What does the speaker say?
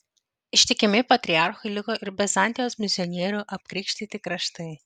ištikimi patriarchui liko ir bizantijos misionierių apkrikštyti kraštai